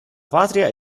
patria